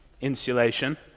insulation